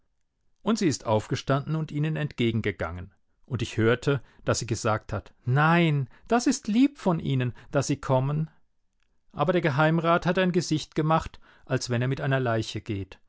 und sie ist aufgestanden und ihnen entgegengegangen und ich hörte daß sie gesagt hat nein das ist lieb von ihnen daß sie kommen aber der geheimrat hat ein gesicht gemacht als wenn er mit einer leiche geht